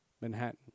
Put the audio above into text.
Manhattan